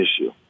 issue